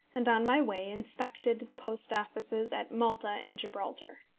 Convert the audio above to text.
and on my way inspected the post offices at malta and gibraltar.